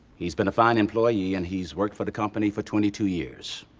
he's been a fine employee and he's worked for the company for twenty-two years.